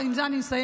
ועם זה אני מסיימת,